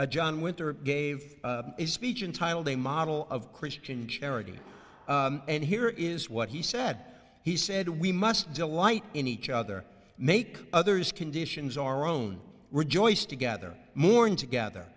thirty john winter gave a speech in titled a model of christian charity and here is what he said he said we must delight in each other make others conditions our own rejoice together more and together